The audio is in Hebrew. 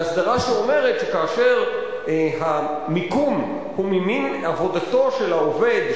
להסדרה שאומרת שכאשר המיקום הוא ממין עבודתו של העובד,